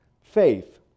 faith